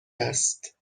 است